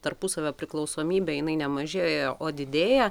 tarpusavio priklausomybė jinai ne mažėja o didėja